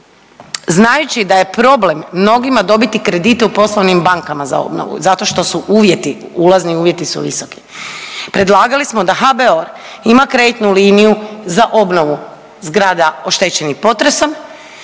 znajući da je problem mnogima dobiti kredite u poslovnim bankama za obnovu zato što su uvjeti, ulazni uvjeti su visoki, predlagali smo da HBOR ima kreditnu liniju za obnovu zgrada oštećenih potresom,